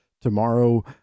Tomorrow